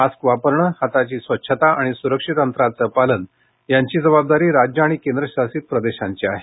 mask वापरणं हाताची स्वच्छता आणि स्रक्षित अंतराचं पालन यांची जबाबदारी राज्यं आणि केंद्रशासित प्रदेशांची आहे